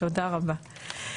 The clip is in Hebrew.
תודה רבה.